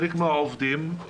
חלק מהעובדים,